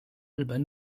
日本